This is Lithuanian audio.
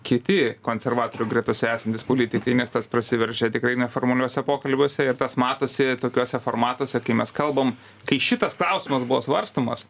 kiti konservatorių gretose esantys politikai nes tas prasiveržia tikrai neformaliuose pokalbiuose ir tas matosi tokiuose formatuose kai mes kalbam kai šitas klausimas buvo svarstomas